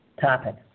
topic